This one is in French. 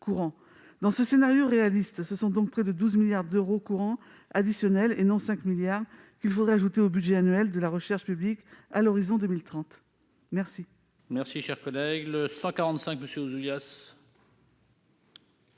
Dans ce scénario réaliste, ce sont donc près de 12 milliards d'euros courants additionnels, et non 5 milliards d'euros, qu'il faudrait ajouter au budget annuel de la recherche publique à l'horizon de 2030.